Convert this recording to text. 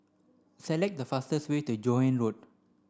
select the fastest way to Joan Road